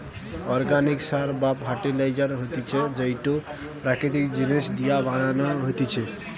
organic সার বা fertiliser হতিছে যেইটো প্রাকৃতিক জিনিস দিয়া বানানো হতিছে